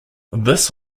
this